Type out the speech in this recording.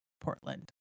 Portland